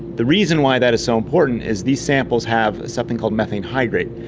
the reason why that is so important is these samples have something called methane hydrate,